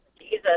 Jesus